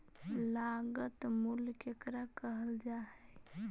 लागत मूल्य केकरा कहल जा हइ?